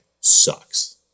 sucks